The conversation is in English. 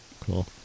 Cool